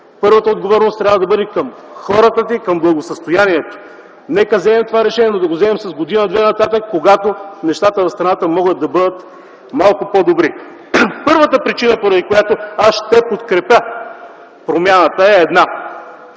първата отговорност трябва да бъде към хората, към благосъстоянието. Нека вземем това решение, но да го вземем с година-две нататък, когато нещата в страната могат да бъдат малко по-добри. Първата причина, поради която ще подкрепя промяната, е следната.